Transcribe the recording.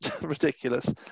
ridiculous